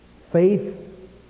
faith